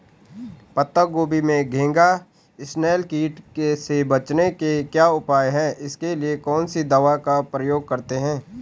पत्ता गोभी में घैंघा इसनैल कीट से बचने के क्या उपाय हैं इसके लिए कौन सी दवा का प्रयोग करते हैं?